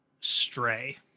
Stray